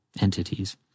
entities